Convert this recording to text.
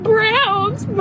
Browns